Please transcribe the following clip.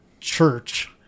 church